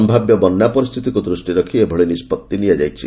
ସମ୍ଭାବ୍ୟ ବନ୍ୟା ପରିସ୍ଥିତିକୁ ଦୃଷ୍ଟିରେ ରଖି ଏଭଳି ନିଷ୍ବଉି ନିଆଯାଇଛି